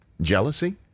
jealousy